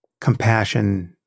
compassion